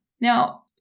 Now